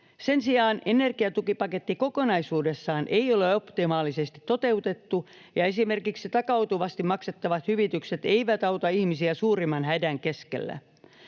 Sen sijaan energiatukipaketti kokonaisuudessaan ei ole optimaalisesti toteutettu, ja esimerkiksi takautuvasti maksettavat hyvitykset eivät auta ihmisiä suurimman hädän keskellä.